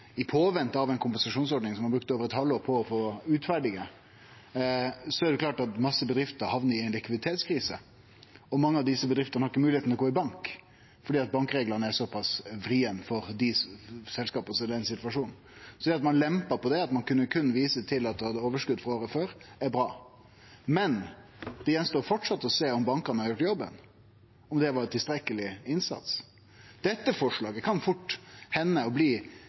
kompensasjonsordning som ein har brukt over eit halvår på å utferdige, er det klart at ein masse bedrifter hamnar i ei likviditetskrise, og mange av desse bedriftene har ikkje moglegheit til å gå til banken fordi bankreglane er såpass vrine for selskapa i den situasjonen. Det at ein lempa på det, at ein berre kunne vise til at ein hadde overskot frå året før, er bra. Men det står fortsatt att å sjå om bankane har gjort jobben – om det var ein tilstrekkeleg innsats. Dette forslaget, som representantane frå Arbeidarpartiet er einige med SV om, kan det fort